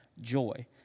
joy